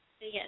Yes